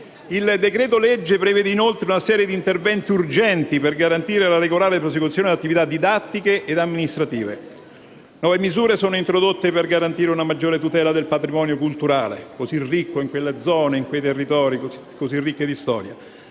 Il decreto legge prevede, inoltre, una serie di interventi urgenti per garantire la regolare prosecuzione delle attività didattiche e amministrative. Nuove misure sono introdotte per garantire una maggiore tutela del patrimonio culturale, così ricco nei territori colpiti.